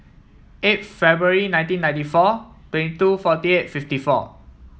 eight February nineteen ninety four twenty two forty eight fifty four